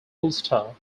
ulster